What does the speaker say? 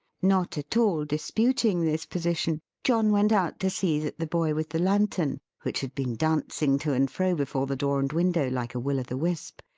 not at all disputing this position, john went out to see that the boy with the lantern, which had been dancing to and fro before the door and window, like a will of the wisp,